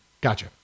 Gotcha